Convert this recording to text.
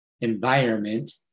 environment